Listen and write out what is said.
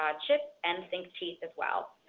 um chip, and thinkteeth as well.